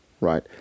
right